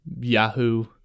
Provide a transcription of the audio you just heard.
Yahoo